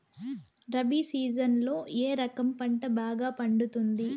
రబి సీజన్లలో ఏ రకం పంట బాగా పండుతుంది